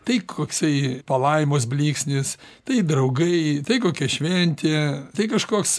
tai koksai palaimos blyksnis tai draugai tai kokia šventė tai kažkoks